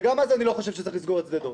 וגם אז אני לא חושב שצריך לסגור את שדה דב.